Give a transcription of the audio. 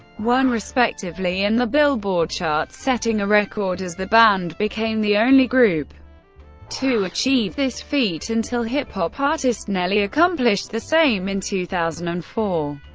one respectively in the billboard charts, setting a record as the band became the only group to achieve this feat until hip-hop artist nelly accomplished the same in two thousand and four.